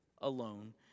alone